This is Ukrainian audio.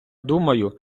думаю